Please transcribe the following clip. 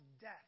death